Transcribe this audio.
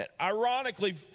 Ironically